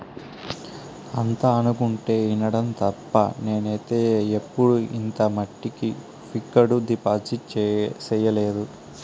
అంతా అనుకుంటుంటే ఇనడం తప్ప నేనైతే ఎప్పుడు ఇంత మట్టికి ఫిక్కడు డిపాజిట్ సెయ్యలే